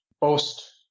Post